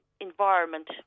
environment